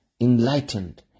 enlightened